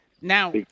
Now